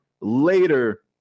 later